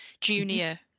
junior